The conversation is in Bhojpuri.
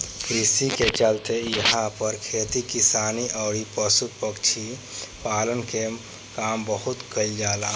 कृषि के चलते इहां पर खेती किसानी अउरी पशु पक्षी पालन के काम बहुत कईल जाला